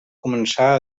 començar